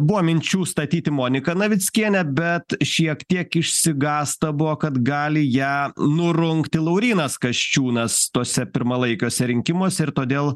buvo minčių statyti moniką navickienę bet šiek tiek išsigąsta buvo kad gali ją nurungti laurynas kasčiūnas tuose pirmalaikiuose rinkimuose ir todėl